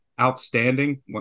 outstanding